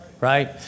Right